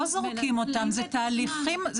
לא זורקים אותך, זה תהליכים.